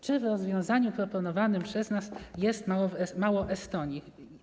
Czy w rozwiązaniu proponowanym przez nas jest mało Estonii?